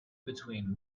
between